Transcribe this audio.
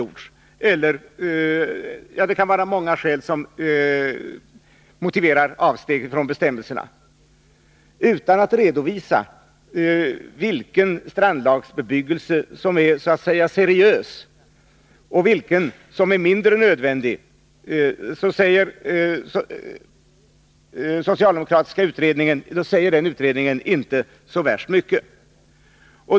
Utan en redovisning av vilken strandbebyggelse som är så att säga seriös och vilken som är mindre nödvändig säger den utredningen inte så värst mycket.